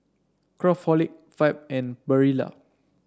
Craftholic Fab and Barilla